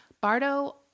Bardo